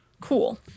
Cool